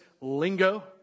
lingo